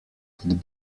would